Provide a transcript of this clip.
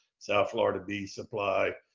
south florida bee supply,